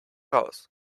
raus